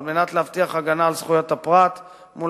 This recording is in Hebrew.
על מנת להבטיח הגנה על זכויות הפרט מול